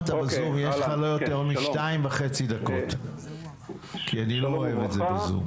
אז יש לך לא יותר מ-2.5 דקות כי אני לא אוהב את זה בזום.